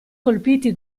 colpiti